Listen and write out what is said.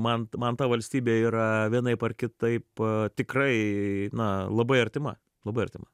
man man ta valstybė yra vienaip ar kitaip tikrai na labai artima labai artima